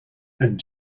een